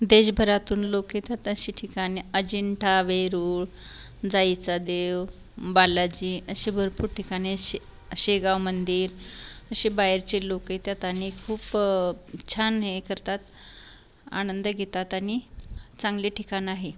देशभरातून लोक येतात अशी ठिकाणे अजिंठा वेरूळ जाईचा देव बालाजी अशी भरपूर ठिकाणे असे शेगाव मंदिर असे बाहेरचे लोक येतात आणि खूप छान हे करतात आनंद घेतात आणि चांगले ठिकाण आहे